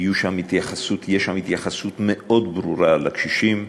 תהיה שם התייחסות מאוד ברורה לקשישים.